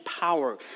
power